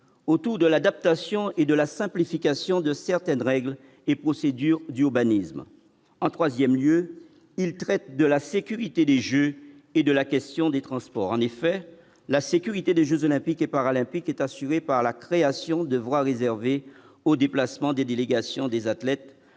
autour de l'adaptation et de la simplification de certaines règles et procédures d'urbanisme en 3ème lieu il traite de la sécurité des Jeux et de la question des transports, en effet, la sécurité des Jeux olympiques et paralympiques est assurée par la création devra réservé aux déplacements des délégations des athlètes